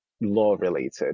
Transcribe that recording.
law-related